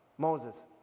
Moses